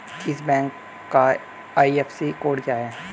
इस बैंक का IFSC code क्या है?